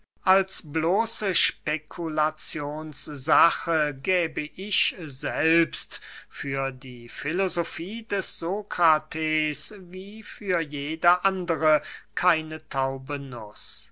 als bloße spekulazionssache gäbe ich selbst für die filosofie des sokrates wie für jede andere keine